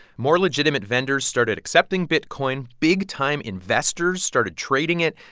more legitimate vendors started accepting bitcoin. big-time investors started trading it.